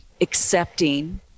accepting